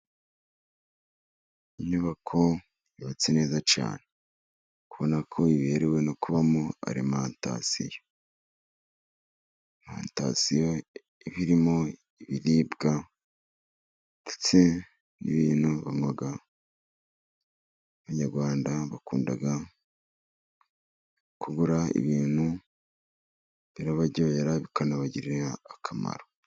Inyubako yubatse neza cyane ubonako iberewe no kubamo alimantasiyo. Alimantasiyo ibirimo ibiribwa ndetse n'ibintu banywa, abanyarwanda bakunda kugura ibintu birabagirira akamaro.